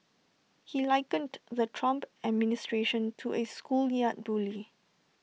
he likened the Trump administration to A schoolyard bully